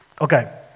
Okay